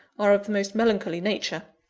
are of the most melancholy nature.